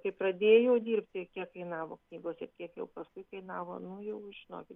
kai pradėjau dirbti kiek kainavo knygos ir kiek jau paskui kainavo nu jau žinokit